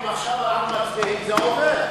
אם עכשיו אנחנו מצביעים זה עובר.